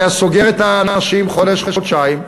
היה סוגר את האנשים חודש חודשיים,